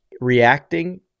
reacting